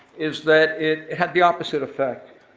is that it had the opposite effect.